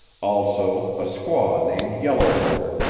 also, a squaw named yellow bird,